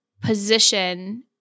position